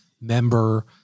member